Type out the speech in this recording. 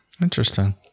Interesting